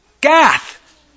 Gath